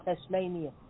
Tasmania